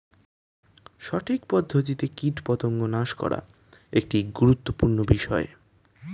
সঠিক পদ্ধতিতে কীটপতঙ্গ নাশ করা একটি গুরুত্বপূর্ণ বিষয়